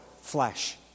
flesh